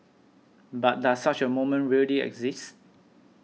but does such a moment really exist